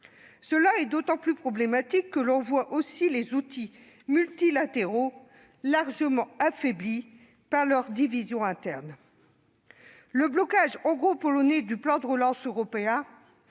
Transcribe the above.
C'est d'autant plus problématique que l'on voit aussi les outils multilatéraux largement affaiblis par leurs divisions internes. Le blocage hongro-polonais du plan de relance européen